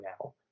now